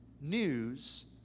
news